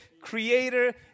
creator